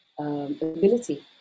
ability